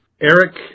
Eric